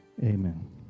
amen